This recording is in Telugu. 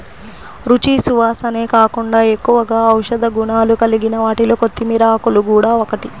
రుచి, సువాసనే కాకుండా ఎక్కువగా ఔషధ గుణాలు కలిగిన వాటిలో కొత్తిమీర ఆకులు గూడా ఒకటి